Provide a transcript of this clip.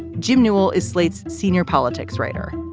jim newell is slate's senior politics writer,